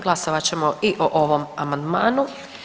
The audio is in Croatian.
Glasovat ćemo o ovom amandmanu.